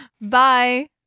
Bye